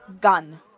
Gun